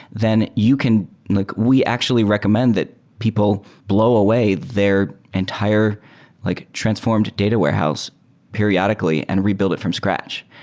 then you can like we actually recommend that people blow away their entire like transformed data warehouse periodically and rebuild it from scratch.